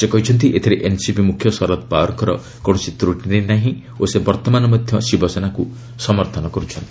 ସେ କହିଛନ୍ତି ଏଥିରେ ଏନ୍ସିପି ମୁଖ୍ୟ ଶରଦ ପାୱାରଙ୍କର କୌଣସି ତ୍ରଟି ନାହିଁ ଓ ସେ ବର୍ତ୍ତମାନ ମଧ୍ୟ ଶିବସେନାକୁ ସମର୍ଥନ କରୁଛନ୍ତି